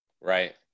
Right